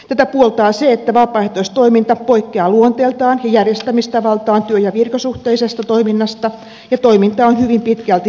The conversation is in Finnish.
tätä puoltaa se että vapaaehtoistoiminta poikkeaa luonteeltaan ja järjestämistavaltaan työ ja virkasuhteisesta toiminnasta ja toiminta on hyvin pitkälti säätelemätöntä